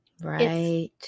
right